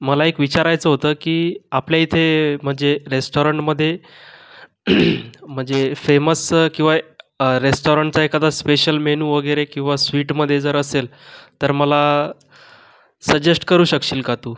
मला एक विचारायचं होतं की आपल्या इथे म्हणजे रेस्टाॅरंटमध्ये म्हणजे फेमस किंवा रेस्टाॅरंटचा एखादा स्पेशल मेनू वगैरे किंवा स्वीटमध्ये जर असेल तर मला सजेश्ट करू शकशील का तू